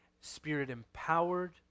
Spirit-empowered